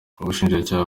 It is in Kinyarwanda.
ubushinjacyaha